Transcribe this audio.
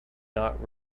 not